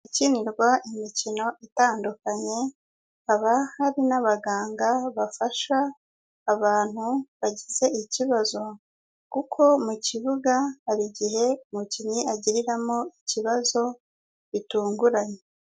Ahakinirwa imikino itandukanye, haba hari n'abaganga bafasha abantu bagize ikibazo kuko mu kibuga hari igihe umukinnyi agiriramo ikibazo gitunguranye.